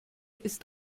ist